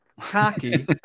cocky